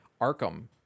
Arkham